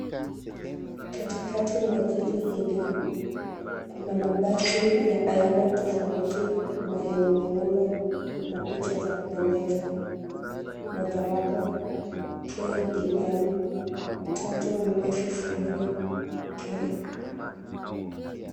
Katikati mwa jiji hili, kuna mabasi ya aina tofauti na yenye miundo na picha za kupendeza. Mojawapo KDM 340K.